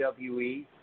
WWE